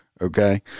Okay